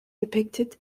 depicted